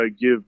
give